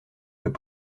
peut